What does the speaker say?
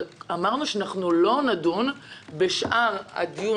אמרנו שאנחנו לא נדון על שאר הדברים